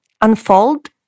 unfold